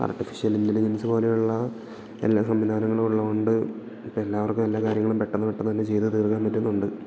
artificial intelligence പോലെയുള്ള എല്ലാ സംവിധാനങ്ങളും ഉള്ളതുകൊണ്ട് ഇപ്പോൾ എല്ലാവർക്കും എല്ലാ കാര്യങ്ങളും പെട്ടെന്ന് പെട്ടെന്നുതന്നെ ചെയ്തു തീർക്കാൻ പറ്റുന്നുണ്ട്